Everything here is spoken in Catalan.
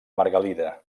margalida